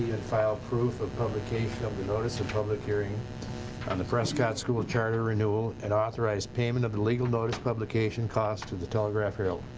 file proof of publication of the notice of public hearing on the prescott school charter renewal and authorize payment of the legal notice publication costs to the telegraph herald.